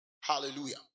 hallelujah